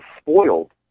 spoiled